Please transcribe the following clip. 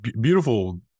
Beautiful